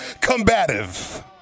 Combative